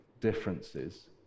differences